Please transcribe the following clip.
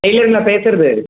டெய்லருங்களா பேசுறது